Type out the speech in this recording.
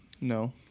No